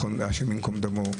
השם יקום דמו,